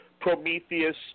Prometheus